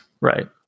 right